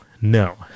no